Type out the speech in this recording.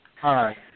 Hi